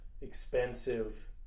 expensive